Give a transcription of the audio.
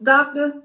Doctor